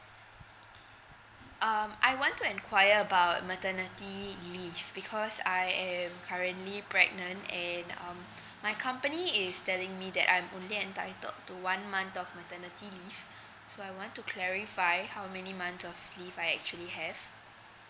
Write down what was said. um I want to enquire about maternity leave because I am currently pregnant and um my company is telling me that I'm only entitled to one month of maternity leave so I want to clarify how many months of leave I actually have